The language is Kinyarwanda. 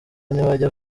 ntibajya